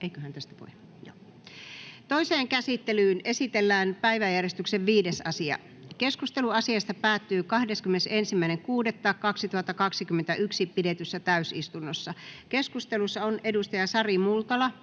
Toiseen käsittelyyn esitellään päiväjärjestyksen 9. asia. Keskustelu asiasta päättyi 21.6.2021 pidetyssä täysistunnossa. Keskustelussa on Veikko Vallin